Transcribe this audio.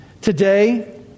Today